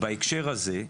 בהקשר הזה,